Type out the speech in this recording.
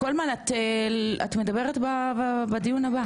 קולמן, את מדברת בדיון הבא.